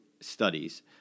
studies